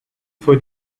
for